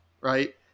right